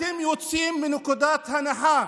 אתם יוצאים מנקודת הנחה